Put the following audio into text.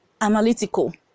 analytical